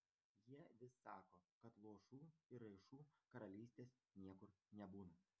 jie vis sako kad luošų ir raišų karalystės niekur nebūna